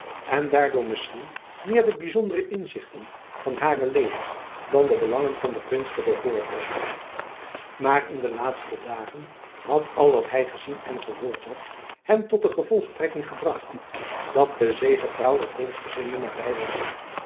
en daardoor misschien meer de byzondere inzichten van hare leden dan de belangen van den prins te bevorderen maar in de laatste dagen had al wat hy gezien en gehoord had hem tot de gevolgtrekking gebracht dat de zegepraal der prinsgezinden naby was